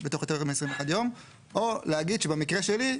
בתוך יותר מ-21 יום או להגיד שבמקרה שלי,